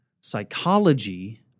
Psychology